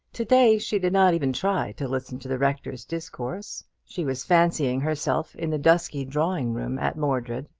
to-day she did not even try to listen to the rector's discourse. she was fancying herself in the dusky drawing-room at mordred,